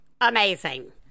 Amazing